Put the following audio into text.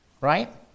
Right